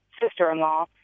sister-in-law